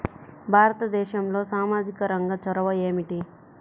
భారతదేశంలో సామాజిక రంగ చొరవ ఏమిటి?